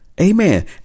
Amen